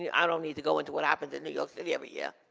yeah i don't need to go into what happens in new york city every year.